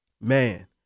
Man